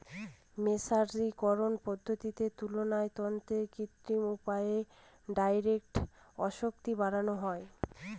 মের্সারিকরন পদ্ধতিতে তুলার তন্তুতে কৃত্রিম উপায়ে ডাইয়ের আসক্তি বাড়ানো হয়